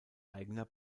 eigener